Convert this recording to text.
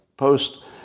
post